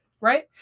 right